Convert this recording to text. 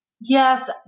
Yes